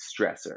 stressor